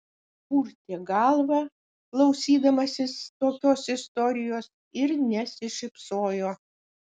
purtė galvą klausydamasis tokios istorijos ir nesišypsojo